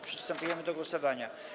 Przystępujemy do głosowania.